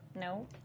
No